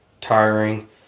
tiring